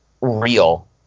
real